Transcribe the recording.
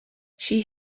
she